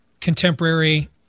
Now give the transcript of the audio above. contemporary